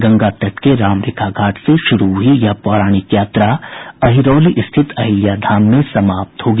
गंगा तट के रामरेखा घाट से शुरू हुई यह पौराणिक यात्रा अहिरौली स्थित अहिल्या धाम में समाप्त होगी